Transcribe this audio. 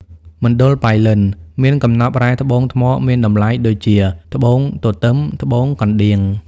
មណ្ឌលប៉ៃលិន មានកំនប់រ៉ែត្បូងថ្មមានតំលៃដូចជា ត្បូងទទឺម ត្បូងកណ្ដៀង។